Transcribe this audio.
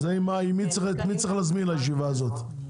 את מי צריך להזמין לישיבה הזאת?